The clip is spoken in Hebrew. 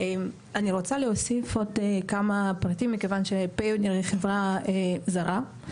אני רוצה להוסיף עוד כמה פרטים מכיוון שפיוניר היא חברה זרה,